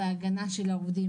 חייבים להגיש את זה,